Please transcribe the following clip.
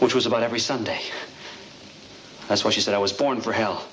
which was about every sunday that's what she said i was born for hell